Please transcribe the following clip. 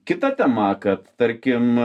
kita tema kad tarkim